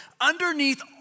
underneath